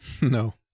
No